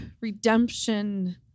redemption